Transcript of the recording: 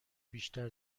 بیشتر